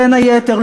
בין היתר,